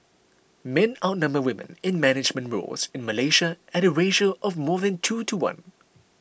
men outnumber women in management roles in Malaysia at a ratio of more than two to one